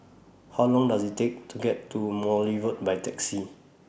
How Long Does IT Take to get to Morley Road By Taxi